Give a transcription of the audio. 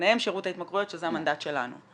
ביניהם שירות ההתמכרויות, שזה המנדט שלנו.